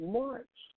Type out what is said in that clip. march